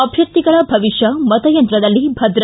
ಅಭ್ಯರ್ಥಿಗಳ ಭವಿಷ್ಣ ಮತಯಂತ್ರದಲ್ಲಿ ಭದ್ರ